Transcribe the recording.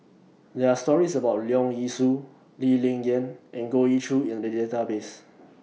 There Are stories about Leong Yee Soo Lee Ling Yen and Goh Ee Choo in The Database